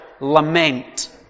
lament